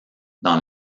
dans